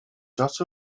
dot